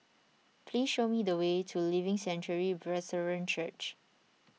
please show me the way to Living Sanctuary Brethren Church